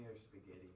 spaghetti